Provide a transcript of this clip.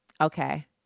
okay